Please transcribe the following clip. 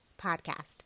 podcast